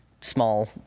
small